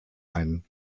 ein